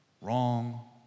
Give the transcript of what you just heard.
Wrong